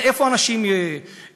לאיפה אנשים ילכו,